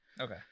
Okay